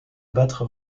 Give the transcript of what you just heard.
battre